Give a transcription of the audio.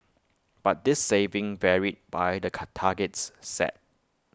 but this saving varied by the card targets set